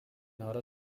order